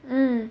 mm